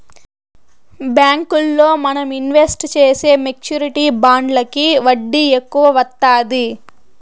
బ్యాంకుల్లో మనం ఇన్వెస్ట్ చేసే మెచ్యూరిటీ బాండ్లకి వడ్డీ ఎక్కువ వత్తాది